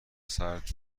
سرد